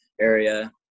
area